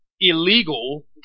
illegal